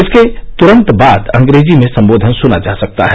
इसके तुरंत बाद अंग्रेजी में सम्बोधन सुना जा सकता है